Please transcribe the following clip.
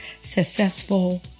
successful